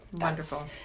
wonderful